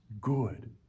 good